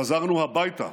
חזרנו הביתה